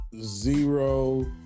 zero